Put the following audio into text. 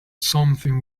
something